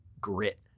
grit